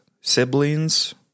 siblings